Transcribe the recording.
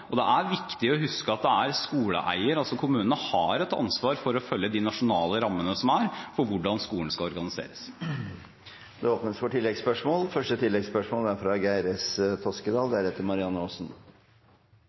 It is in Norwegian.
og det er viktig å huske at det er skoleeier – altså kommunene – som har et ansvar for å følge de nasjonale rammene som er for hvordan skolen skal organiseres. Det åpnes for oppfølgingsspørsmål – først Geir S. Toskedal.